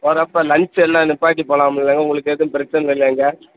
போகிறப்ப லன்ச் எல்லாம் நிற்பாட்டிப் போகலாம் இல்லைங்க உங்களுக்கு எதுவும் பிரச்சின இல்லைங்களே